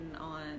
on